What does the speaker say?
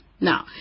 Now